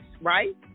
right